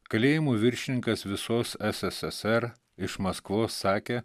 kalėjimo viršininkas visos sssr iš maskvos sakė